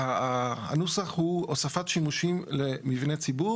הנוסח הוא הוספת שימושים למבני ציבור